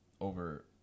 over